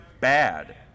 bad